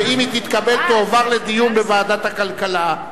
שאם היא תתקבל היא תועבר לדיון בוועדת הכלכלה.